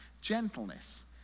gentleness